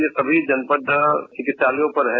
ये सभी जनपद चिकित्सालयों पर हैं